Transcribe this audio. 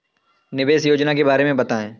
निवेश योजना के बारे में बताएँ?